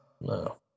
no